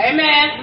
Amen